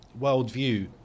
worldview